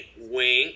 wink